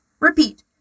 repeat